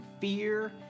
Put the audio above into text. fear